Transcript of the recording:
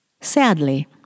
Sadly